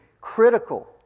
critical